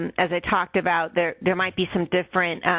and as i talked about, there there might be some different